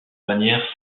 manière